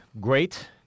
Great